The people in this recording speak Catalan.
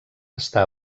està